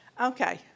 Okay